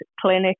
clinic